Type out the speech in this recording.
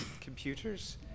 computers